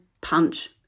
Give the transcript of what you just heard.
punch